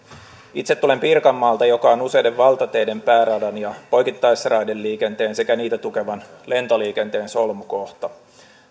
itse tulen pirkanmaalta joka on useiden valtateiden pääradan ja poikittaisraideliikenteen sekä niitä tukevan lentoliikenteen solmukohta